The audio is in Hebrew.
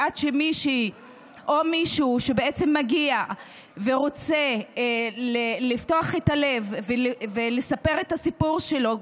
עד שמישהי או מישהו בעצם מגיע ורוצה לפתוח את הלב ולספר את הסיפור שלו,